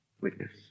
Witness